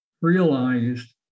realized